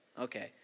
okay